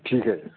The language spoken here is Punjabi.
ਠੀਕ ਹੈ ਜੀ